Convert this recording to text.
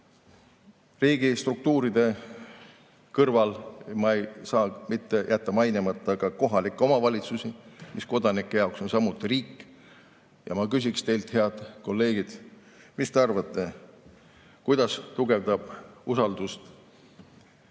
Riigistruktuuride kõrval ma ei saa mitte jätta mainimata ka kohalikke omavalitsusi, mis kodanike jaoks on samuti riik. Ma küsiksin teilt, head kolleegid: mis te arvate, kuidas tugevdab usaldust